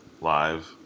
live